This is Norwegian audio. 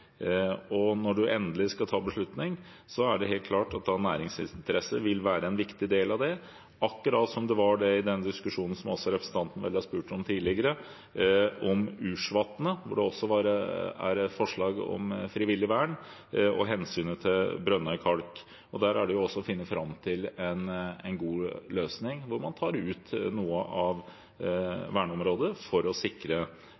Når man skal ta en endelig beslutning, er det helt klart at næringsinteresser vil være en viktig del av det, akkurat som det var i den diskusjonen som representanten har stilt spørsmål om tidligere, om Ursvatnet, hvor det også er et forslag om frivillig vern og hensynet til Brønnøy Kalk. Der er det også å finne fram til en god løsning, hvor man tar ut noe av